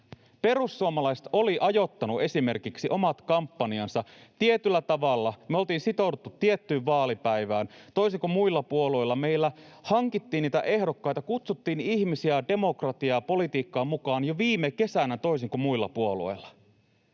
Perussuomalaiset oli ajoittanut esimerkiksi omat kampanjansa tietyllä tavalla. Me oltiin sitouduttu tiettyyn vaalipäivään. Toisin kuin muilla puolueilla, meillä hankittiin niitä ehdokkaita, kutsuttiin ihmisiä demokratiaan ja politiikkaan mukaan jo viime kesänä. Me emme